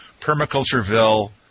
Permacultureville